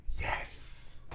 Yes